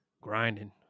grinding